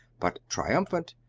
but triumphant,